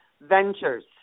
ventures